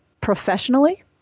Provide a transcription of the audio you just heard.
professionally